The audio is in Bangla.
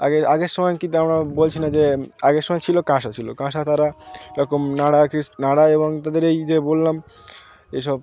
আগে আগের সময় কিন্তু আমরা বলছি না যে আগের সময় ছিল কাঁসা ছিল কাঁসা তারা এ রকম নাড়া নাড়া এবং তাদের এই যে বললাম এ সব